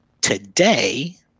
today